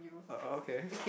oh oh okay